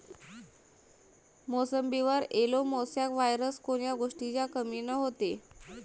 मोसंबीवर yellow mosaic virus कोन्या गोष्टीच्या कमीनं होते?